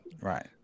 right